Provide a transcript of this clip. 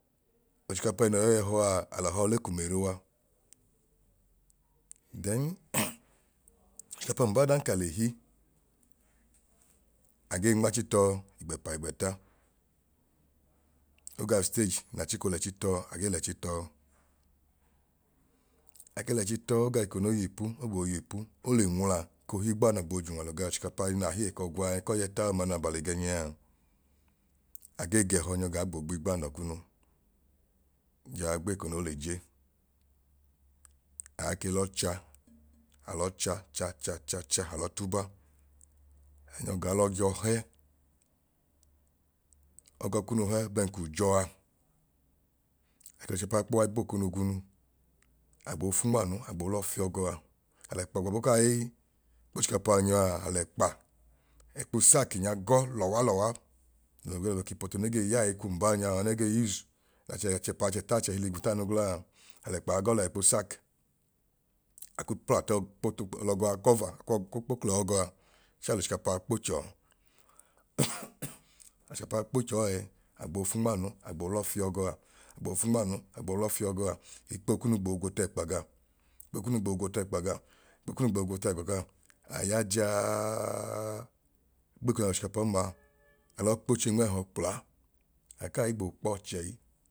Ochikapa ẹẹnoi y'ọyẹhọ a alọ họọ le ku meruwa. Then ochikapa mbaa odan ka le hi agee nmachi tọọ igbẹpa igbẹta, oga usteg n'achiko l'ẹchi tọọ agee l'ẹchi tọọ, ake l'ẹchi tọọ oga eko noi yiipu ogbooyiipu ole nwula ekohi igbanọ gboo j'unwalu ga ochikapa ẹnaa hi ekọgwa ẹkọyẹta ọma no w'abaligẹnyi aa agee gẹhọ nyọ gaa gboo gbigbanọ kunu jaa gbeko no le je, aake l'ọcha alọ cha cha cha cha cha alọtuba anyọ gaa l'ọjọ hẹ ọgọ kunu hẹ bẹẹn k'ujọa ake l'ochikapa kpo wai bo okonoogunu agboo fu nmaanu agboo lọ fiọgọ a alẹkpa gbọbu kai kp'ochikapaa nyọ aa alẹkpa ẹkpu sacki nya gọ lọwa lọwa no ge lẹbẹk'ipoto ne gei ya ẹiku mbanyaa ne ge use n'achẹpa achẹta achẹhili igwuta anu glaa alẹkpaa gọ lẹa ẹkpu sack l'ọgọa cover kwọ ku kpo kl'ọgọa chẹẹ al'ochikapaa kpo chọọ al'ochikapaakpo chọọ ẹẹ agboo fu nmaanu agboo l'ọfiọgọ aa agboo fu nmaanu agboo lọ fiọgọ a ikpo kunu gboo gwo t'ẹkpa gaa ikpo kunu gboo gwo t'ẹkpa gaa ikpo kunu gboo gwo t'ẹẹkpa gaa a ya jaaaaaa gbeeko na l'ochikapaọma alọ kpo che nmẹẹhọ kpla akai gboo kpọọ chẹi